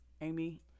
Amy